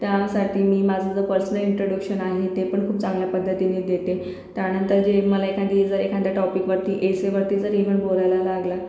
त्यासाठी मी माझं पर्सनल इंट्रोडक्शन आहे ते पण खूप चांगल्या पद्धतीनी देते त्यानंतर जर मला एखाद्या टॉपिकवर एसेवरती जरी इव्हन बोलायला लागलं